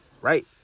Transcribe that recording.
right